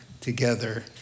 together